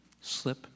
slip